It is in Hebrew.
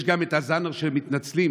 יש את ז'אנר המתנצלים,